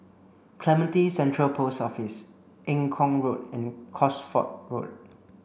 Clementi Central Post Office Eng Kong Road and Cosford Road